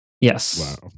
Yes